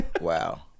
Wow